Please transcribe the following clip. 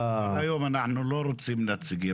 אנחנו לא רוצים נציגים,